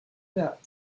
that